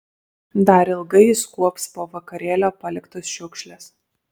dar ilgai jis kuops po vakarėlio paliktas šiukšles